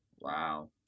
Wow